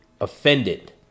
offended